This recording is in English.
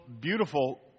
beautiful